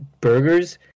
burgers